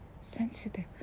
sensitive